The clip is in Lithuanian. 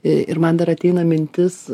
į ir man dar ateina mintis